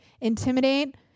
intimidate